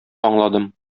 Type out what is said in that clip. аңладым